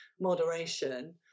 moderation